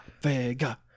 Vega